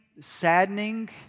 saddening